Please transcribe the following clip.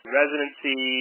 residency